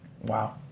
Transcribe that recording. Wow